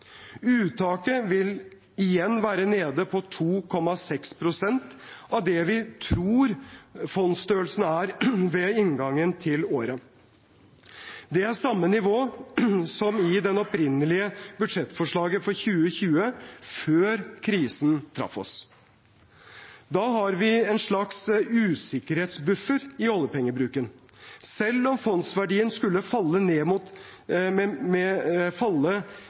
Uttaket vil igjen være nede på 2,6 pst. av det vi tror fondsstørrelsen er ved inngangen til året. Det er samme nivå som i det opprinnelige budsjettforslaget for 2020, før krisen traff oss. Da har vi en slags usikkerhetsbuffer i oljepengebruken. Selv om fondsverdien skulle falle med opp mot